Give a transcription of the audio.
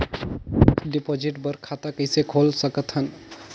Fixed deposit बर खाता कइसे खोल सकत हन?